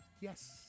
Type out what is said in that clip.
Yes